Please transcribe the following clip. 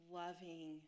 loving